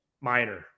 minor